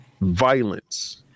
violence